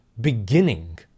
beginning